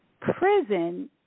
prison